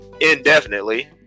Indefinitely